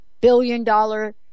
billion-dollar